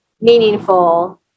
meaningful